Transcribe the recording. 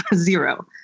ah zero.